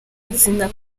amazina